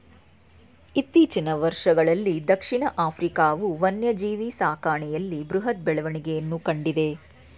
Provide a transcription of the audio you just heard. ಇತ್ತೀಚಿನ ವರ್ಷಗಳಲ್ಲೀ ದಕ್ಷಿಣ ಆಫ್ರಿಕಾವು ವನ್ಯಜೀವಿ ಸಾಕಣೆಯಲ್ಲಿ ಬೃಹತ್ ಬೆಳವಣಿಗೆಯನ್ನು ಕಂಡಿದೆ